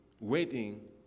waiting